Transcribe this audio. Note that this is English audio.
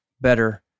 better